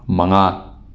ꯃꯉꯥ